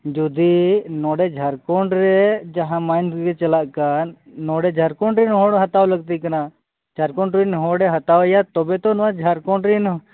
ᱱᱩᱫᱤ ᱱᱚᱰᱮ ᱡᱷᱟᱲᱠᱷᱚᱸᱰ ᱨᱮ ᱡᱟᱦᱟᱸ ᱢᱟᱭᱤᱱ ᱪᱟᱞᱟᱜᱠᱟᱱ ᱱᱚᱰᱮ ᱡᱷᱟᱲᱠᱷᱚᱸᱰ ᱨᱮᱱ ᱦᱚᱲ ᱞᱟᱹᱠᱛᱤ ᱠᱟᱱᱟ ᱡᱷᱟᱲᱠᱷᱚᱸᱰᱨᱮᱱ ᱦᱚᱲᱮ ᱦᱟᱛᱟᱣᱮᱭᱟ ᱛᱚᱵᱮᱛᱚ ᱱᱚᱣᱟ ᱡᱷᱟᱲᱠᱷᱚᱸᱰ ᱨᱮᱱ